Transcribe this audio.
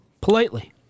politely